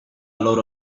loro